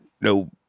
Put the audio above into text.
No